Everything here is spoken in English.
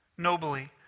Nobly